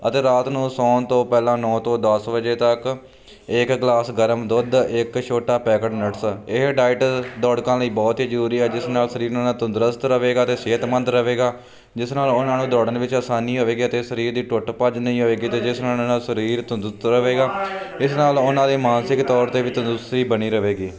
ਅਤੇ ਰਾਤ ਨੂੰ ਸੌਣ ਤੋਂ ਪਹਿਲਾਂ ਨੌ ਤੋਂ ਦਸ ਵਜੇ ਤੱਕ ਇਕ ਗਲਾਸ ਗਰਮ ਦੁੱਧ ਇੱਕ ਛੋਟਾ ਪੈਕਟ ਨਟਸ ਇਹ ਡਾਇਟ ਦੌੜਾਕਾਂ ਲਈ ਬਹੁਤ ਹੀ ਜ਼ਰੂਰੀ ਹੈ ਜਿਸ ਨਾਲ ਸਰੀਰ ਤੰਦਰੁਸਤ ਰਹੇਗਾ ਅਤੇ ਸਿਹਤਮੰਦ ਰਹੇਗਾ ਜਿਸ ਨਾਲ ਉਹਨਾਂ ਨੂੰ ਦੌੜਨ ਵਿੱਚ ਆਸਾਨੀ ਹੋਵੇਗੀ ਅਤੇ ਸਰੀਰ ਦੀ ਟੁੱਟ ਭੱਜ ਨਹੀਂ ਹੋਵੇਗੀ ਅਤੇ ਜਿਸ ਨਾਲ ਉਹਨਾਂ ਦਾ ਸਰੀਰ ਤੰਦਰੁਸਤ ਰਹੇਗਾ ਇਸ ਨਾਲ ਉਹਨਾਂ ਦੀ ਮਾਨਸਿਕ ਤੌਰ 'ਤੇ ਵੀ ਤੰਦਰੁਸਤੀ ਬਣੀ ਰਹੇਗੀ